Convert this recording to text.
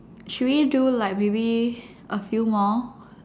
should we do like maybe a few more